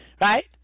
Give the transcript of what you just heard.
Right